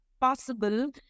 possible